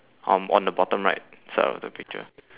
um on the bottom right side of the picture